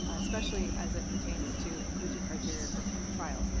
especially as it pertains to inclusion criteria for trials.